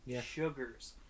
Sugars